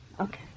Okay